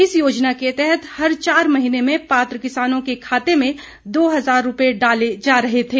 इस योज़ना के तहत हर चार महीने में पात्र किसानों के खाते में दो हज़ार रूपए डाले जा रहे थे